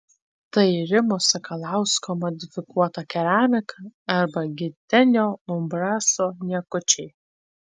tai rimo sakalausko modifikuota keramika arba gitenio umbraso niekučiai